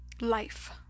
life